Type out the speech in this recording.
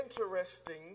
interesting